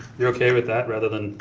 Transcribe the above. you ok with that, rather than,